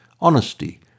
honesty